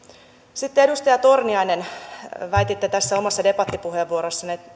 sitten edustaja torniainen väititte omassa debattipuheenvuorossanne